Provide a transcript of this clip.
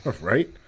Right